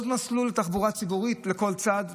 עוד מסלול לתחבורה ציבורית בכל צד,